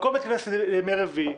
הכול נופל על ימי רביעי,